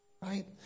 right